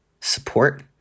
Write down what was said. support